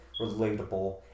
relatable